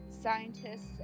scientists